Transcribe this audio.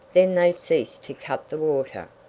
then they ceased to cut the water.